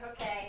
Okay